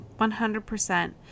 100%